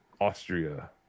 Austria